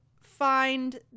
find